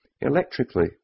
electrically